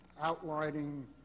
outlining